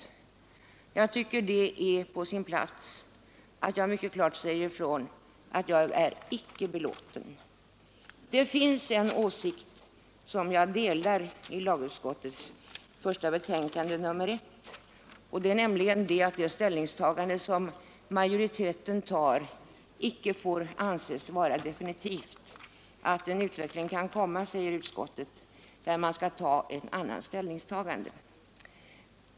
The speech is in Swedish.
Jag tycker att det är på sin plats att jag mycket klart säger ifrån att jag är icke belåten. Det finns en åsikt i lagutskottets betänkande nr 1 som jag delar, nämligen den att det ställningstagande som majoriteten gör icke får anses vara definitivt. Utvecklingen kan medföra, säger utskottet, att ställningstagandet får bli ett annat.